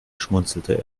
schmunzelte